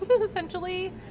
essentially